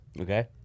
Okay